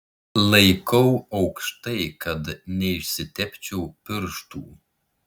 laikau aukštai kad neišsitepčiau pirštų